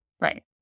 Right